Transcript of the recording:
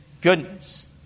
goodness